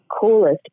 coolest